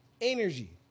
Energy